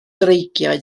dreigiau